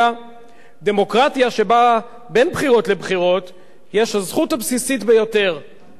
דמוקרטיה שבה בין בחירות לבחירות יש הזכות הבסיסית ביותר להפגין,